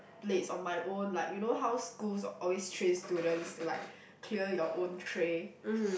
plates on my own like you know how schools always train students to like clear your own tray